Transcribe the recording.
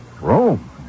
Rome